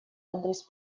адрес